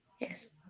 Yes